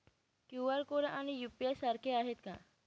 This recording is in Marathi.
क्यू.आर कोड आणि यू.पी.आय सारखे आहेत का?